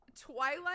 Twilight